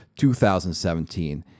2017